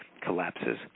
collapses